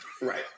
Right